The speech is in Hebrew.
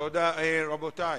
תודה רבה.